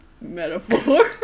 metaphor